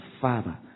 Father